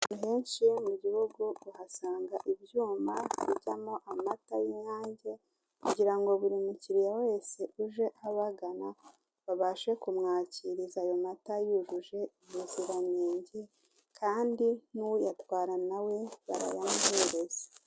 Ahenshi mu gihugu uhasanga ibyuma bijyamo amata y'inyange kugira ngo buri mukiriya wese uje abagana babashe kumwakiriza ayo mata, yujuje ubuziranenge kandi n'uyatwara na we barayamuhereza.